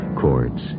Chords